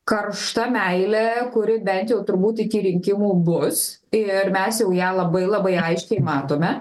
karšta meilė kuri bent jau turbūt iki rinkimų bus ir mes jau ją labai labai aiškiai matome